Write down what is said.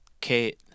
Kate